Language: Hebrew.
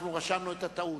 אנחנו רשמנו את הטעות.